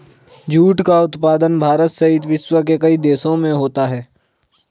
jute का उत्पादन भारत सहित विश्व के कई देशों में होता है